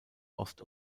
ost